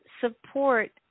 support